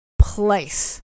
place